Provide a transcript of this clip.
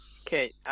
Okay